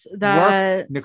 work